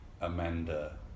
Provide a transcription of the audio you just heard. Amanda